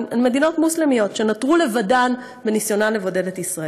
הן מדינות מוסלמיות שנותרו לבדן בניסיונן לבודד את ישראל.